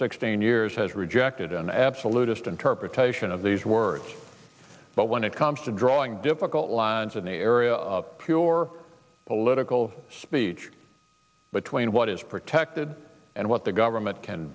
sixteen years has rejected an absolutist interpretation of these words but when it comes to drawing difficult lines in area or political speech between what is protected and what the government can